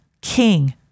King